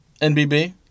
NBB